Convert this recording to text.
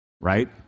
right